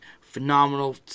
phenomenal